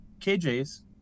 KJ's